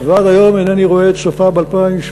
ועד היום אינני רואה את סופה ב-2017,